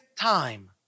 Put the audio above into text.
time